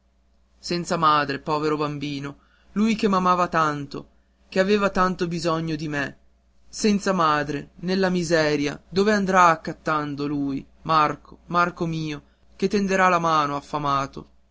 senza madre povero bambino lui che m'amava tanto che aveva tanto bisogno di me senza madre nella miseria dovrà andare accattando lui marco marco mio che tenderà la mano affamato